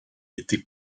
était